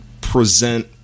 present